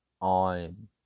on